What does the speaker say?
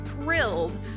thrilled